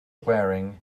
wearing